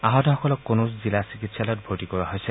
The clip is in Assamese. আহতসকলক কনৌজ জিলা চিকিৎসালয়ত ভৰ্তি কৰোৱা হৈছে